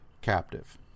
captive